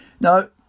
Now